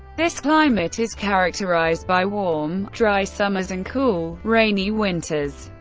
this climate is characterized by warm, dry summers and cool, rainy winters.